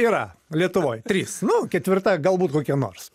yra lietuvoj trys nu ketvirta galbūt kokie nors